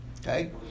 Okay